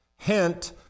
Hint